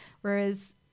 Whereas